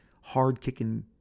hard-kicking